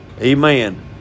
Amen